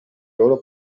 loro